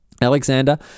Alexander